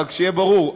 רק שיהיה ברור,